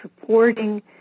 supporting